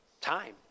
time